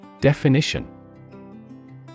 Definition